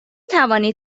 توانید